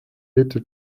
later